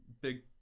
big